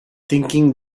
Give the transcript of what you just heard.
thinking